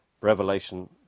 Revelation